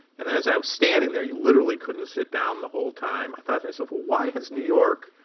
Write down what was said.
and then as i was standing there you literally couldn't sit down the whole time i thought to myself, well, why has new york,